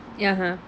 ya !huh!